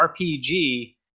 RPG